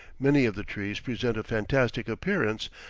many of the trees present a fantastic appearance,